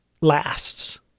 lasts